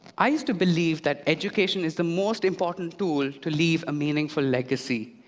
i used to believe that education is the most important tool to leave a meaningful legacy.